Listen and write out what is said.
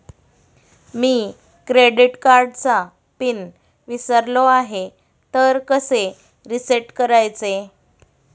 मी credit कार्डचा pin विसरलो आहे तर कसे रीसेट करायचे?